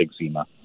eczema